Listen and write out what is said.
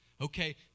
okay